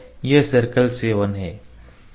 यह सर्कल 7 है